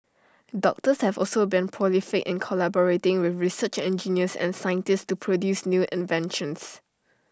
doctors have also been prolific in collaborating with research engineers and scientists to produce new inventions